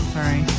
Sorry